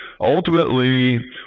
ultimately